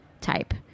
type